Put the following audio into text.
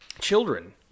children